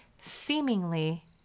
seemingly